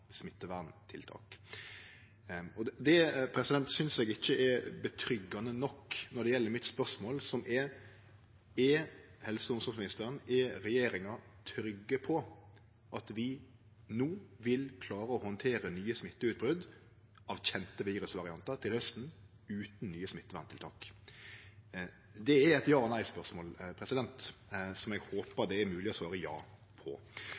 smitteverntiltak, synest eg ikkje er tilstrekkeleg når det gjeld spørsmålet mitt, som er: Er helse- og omsorgsministeren og regjeringa trygge på at vi no vil klare å handtere nye smitteutbrot av kjende virusvariantar til hausten utan nye smitteverntiltak? Det er eit ja/nei-spørsmål som eg håper det er mogleg å svare ja på.